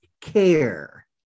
care